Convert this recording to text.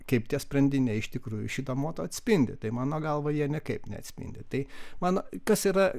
kaip tie sprendiniai iš tikrųjų šitą moto atspindi tai mano galva jie niekaip neatspindi tai man kas yra